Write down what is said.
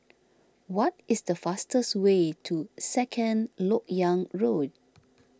what is the fastest way to Second Lok Yang Road